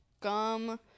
gum